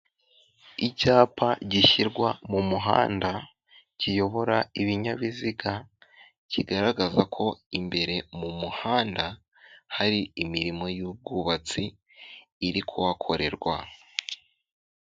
Icyapa gishyirwa mu muhanda kiyobora ibinyabiziga kigaragaza ko imbere mu muhanda hari imirimo y'ubwubatsi iri kuhakorerwa.